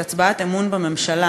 זו הצבעת אמון בממשלה,